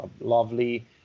lovely